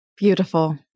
Beautiful